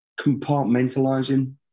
compartmentalizing